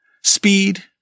Speed